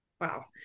Wow